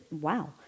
wow